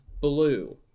Blue